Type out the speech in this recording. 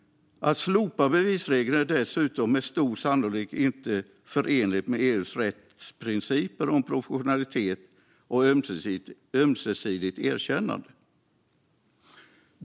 Att slopa bevisregeln är dessutom med stor sannolikhet inte förenligt med EU:s rättsprinciper om proportionalitet och ömsesidigt erkännande.